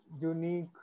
unique